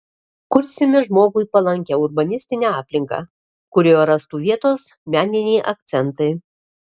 kursime žmogui palankią urbanistinę aplinką kurioje rastų vietos meniniai akcentai